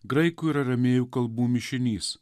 graikų ir aramėjų kalbų mišinys